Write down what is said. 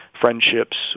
friendships